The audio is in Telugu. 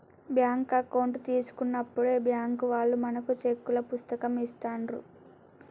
బ్యేంకు అకౌంట్ తీసుకున్నప్పుడే బ్యేంకు వాళ్ళు మనకు చెక్కుల పుస్తకం ఇస్తాండ్రు